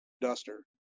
duster